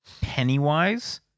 Pennywise